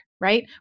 right